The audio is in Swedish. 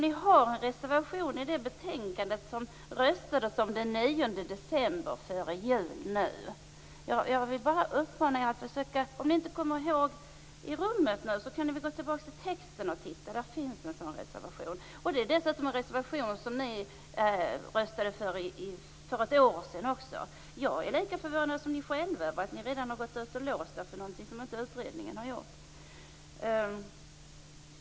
Ni hade en reservation i det betänkande som det röstades om den 9 december. Om ni inte kommer ihåg det nu kan ni väl gå tillbaka till texten och titta. Det finns en sådan reservation. För ett år sedan röstade ni dessutom också för den reservation. Jag är lika förvånad som ni själva över att ni redan har gått ut och låst er för något som utredningen inte har gjort.